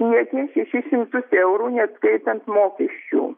į akis šešis šimtus eurų neatskaitant mokesčių